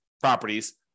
properties